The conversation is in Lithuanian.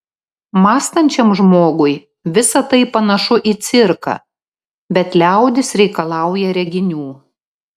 mąstančiam žmogui visa tai panašu į cirką bet liaudis reikalauja reginių